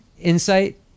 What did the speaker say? Insight